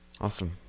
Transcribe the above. Awesome